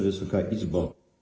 Wysoka Izbo!